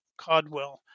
Codwell